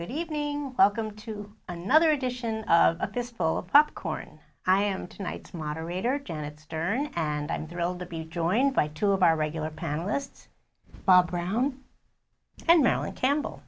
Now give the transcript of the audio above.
good evening welcome to another edition of a fistful of popcorn i am tonight's moderator janet stern and i'm thrilled to be joined by two of our regular panelists bob brown and alan campbell